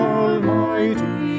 Almighty